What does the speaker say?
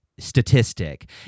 Statistic